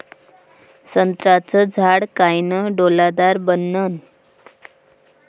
संत्र्याचं झाड कायनं डौलदार बनन?